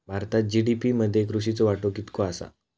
भारतात जी.डी.पी मध्ये कृषीचो वाटो कितको आसा?